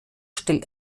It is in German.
stellt